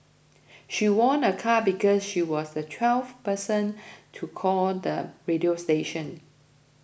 she won a car because she was the twelfth person to call the radio station